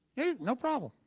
hey, no problem.